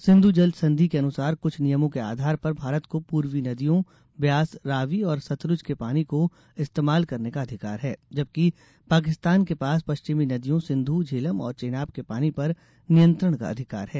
सिंधू जल संधि के अनुसार कुछ नियमों के आधार पर भारत को पूर्वी नदियों ब्यास रावी और सतलुज के पानी को इस्तेमाल करने का अधिकार है जबकि पाकिस्तान के पास पश्चिमी नदियों सिंधू झेलम और चेनाब के पानी पर नियंत्रण का अधिकार है